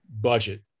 budget